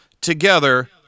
together